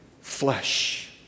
flesh